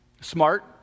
Smart